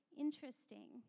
interesting